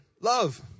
Love